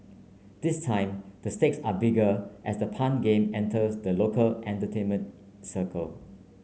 this time the stakes are bigger as the pun game enters the local entertainment circle